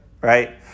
right